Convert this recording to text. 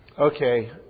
Okay